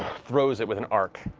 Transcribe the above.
throws it with an arc,